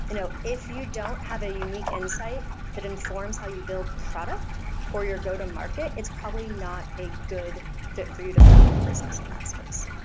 you know if you don't have a unique insight that informs how you build product or your go-to-market, it's probably not a good fit for you to found a business in that space.